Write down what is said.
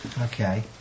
Okay